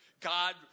God